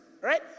right